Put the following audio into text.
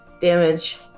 damage